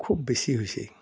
খুব বেছি হৈছে